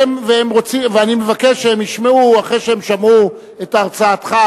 ואני מבקש שהם ישמעו, אחרי שהם שמעו את הרצאתך,